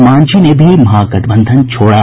मांझी ने भी महागठबंधन छोड़ा